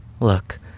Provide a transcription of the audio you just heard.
Look